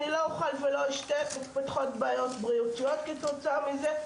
אני לא אוכל ולא אשתה ומתפתחות בעיות בריאותיות כתוצאה מזה,